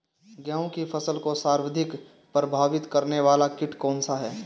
गेहूँ की फसल को सर्वाधिक प्रभावित करने वाला कीट कौनसा है?